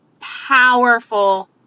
powerful